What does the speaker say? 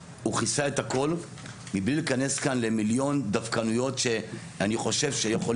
הוא כיסה את הכול מבלי להיכנס כאן למיליון דווקנויות שאני חושב שיכולים.